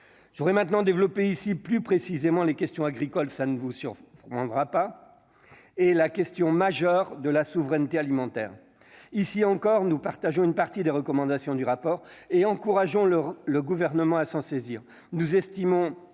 voudrais maintenant développer ici plus précisément les questions agricoles, ça ne vous sur prendra pas et la question majeure de la souveraineté alimentaire ici encore nous partageons une partie des recommandations du rapport et encourageant le le gouvernement à s'en saisir,